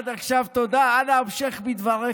עד עכשיו תודה, אנא המשך בדבריך.